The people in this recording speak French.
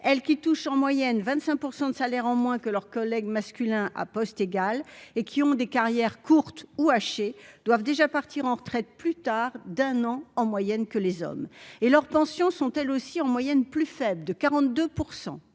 elle qui touche en moyenne 25 % de salaire en moins que leurs collègues masculins à poste égal, et qui ont des carrières courtes ou haché doivent déjà partir en retraite plus tard d'un an en moyenne que les hommes et leurs tensions sont elles aussi en moyenne plus faibles de 42